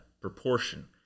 proportion